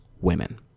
women